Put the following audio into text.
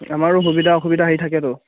আমাৰো সুবিধা অসুবিধা হেৰি থাকেতো